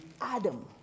Adam